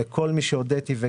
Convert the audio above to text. לכל מי שהודיתי לו,